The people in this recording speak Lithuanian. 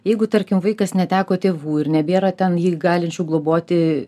jeigu tarkim vaikas neteko tėvų ir nebėra ten jį galinčių globoti